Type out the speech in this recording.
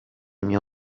mio